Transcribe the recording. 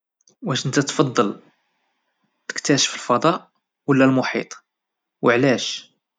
واش نتا تفضل تكتشف الفضاء ولا المحيط وعلاش؟